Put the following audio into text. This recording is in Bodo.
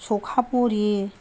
सबखा बरि